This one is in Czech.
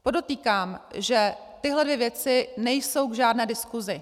Podotýkám, že tyhle dvě věci nejsou k žádné diskusi.